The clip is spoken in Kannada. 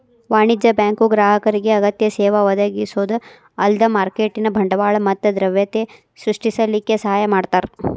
ವಾಣಿಜ್ಯ ಬ್ಯಾಂಕು ಗ್ರಾಹಕರಿಗೆ ಅಗತ್ಯ ಸೇವಾ ಒದಗಿಸೊದ ಅಲ್ದ ಮಾರ್ಕೆಟಿನ್ ಬಂಡವಾಳ ಮತ್ತ ದ್ರವ್ಯತೆ ಸೃಷ್ಟಿಸಲಿಕ್ಕೆ ಸಹಾಯ ಮಾಡ್ತಾರ